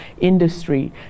industry